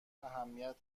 اهمیت